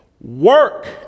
Work